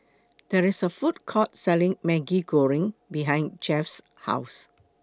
There IS A Food Court Selling Maggi Goreng behind Jeff's House